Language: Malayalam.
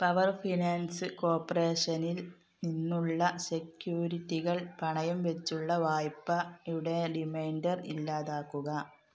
പവർ ഫിനാൻസ് കോർപ്പറേഷനിൽ നിന്നുള്ള സെക്യൂരിറ്റികൾ പണയം വെച്ചുള്ള വായ്പയുടെ റിമൈൻഡർ ഇല്ലാതാക്കുക